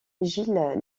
gilles